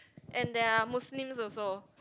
and there are Muslims also